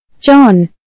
John